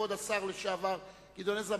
כבוד השר לשעבר גדעון עזרא,